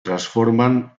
transforman